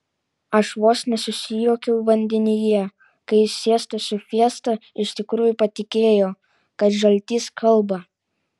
aš vos nesusijuokiau vandenyje kai siesta su fiesta iš tikrųjų patikėjo kad žaltys kalba